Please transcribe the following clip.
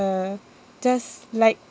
uh just like